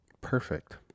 perfect